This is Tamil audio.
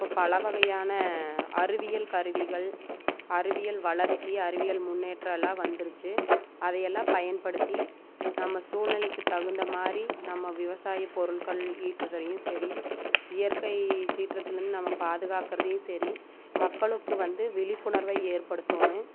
பலவகையான அறிவியல் கருவிகள் அறிவியல் வளர்ச்சி அறிவியல் முன்னேற்றோலாம் வந்துருச்சு அதையெல்லாம் பயன்படுத்தி நம்ம சூழ்நெலைக்கு தகுந்த மாதிரி நம்ம விவசாய பொருட்கள் ஈட்டுதல்லியும் சரி இயற்கை சீற்றத்துலேந்து நம்ம பாதுகாக்கறதையும் சரி மக்களுக்கு வந்து விழிப்புணர்வை ஏற்படுத்தணும்